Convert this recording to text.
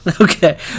okay